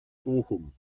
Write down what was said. bochum